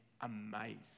amazed